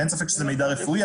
ואין ספק שזה מידע רפואי,